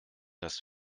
das